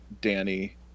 Danny